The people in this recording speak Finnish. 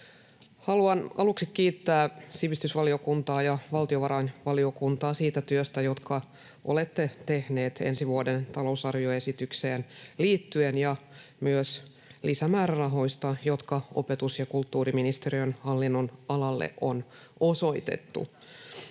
Haluan aluksi kiittää sivistysvaliokuntaa ja valtiovarainvaliokuntaa siitä työstä, jonka olette tehneet ensi vuoden talousarvioesitykseen liittyen, ja myös lisämäärärahoista, jotka opetus‑ ja kulttuuriministeriön hallinnonalalle on osoitettu.